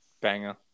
Banger